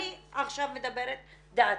אני עכשיו מדברת את דעתי.